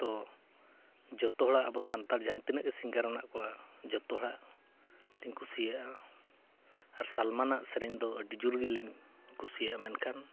ᱛᱚ ᱡᱚᱛᱚ ᱦᱚᱲᱟᱜ ᱟᱵᱚ ᱥᱟᱱᱛᱟᱲ ᱡᱟᱦᱟᱸ ᱛᱤᱱᱟᱹᱜ ᱜᱮ ᱥᱤᱝᱜᱟᱨ ᱢᱮᱱᱟᱜ ᱠᱚᱣᱟ ᱡᱚᱛᱚ ᱦᱚᱲᱟᱜ ᱞᱤᱧ ᱠᱩᱥᱤᱭᱟᱜᱼᱟ ᱟᱨ ᱥᱟᱞᱢᱟᱱᱟᱜ ᱥᱮᱨᱮᱧ ᱫᱚ ᱟᱹᱰᱤ ᱡᱳᱨ ᱜᱮᱞᱤᱧ ᱠᱩᱥᱤᱭᱟᱜᱼᱟ ᱢᱮᱱᱠᱷᱟᱱ